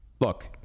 look